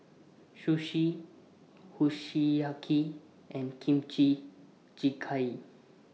Sushi Kushiyaki and Kimchi Jjigae